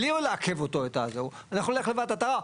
בלי לעכב אותו אנחנו נלך לוועדת ערער.